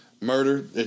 murder